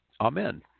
Amen